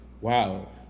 Wow